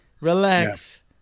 Relax